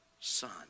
son